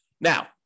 now